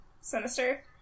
sinister